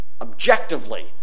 objectively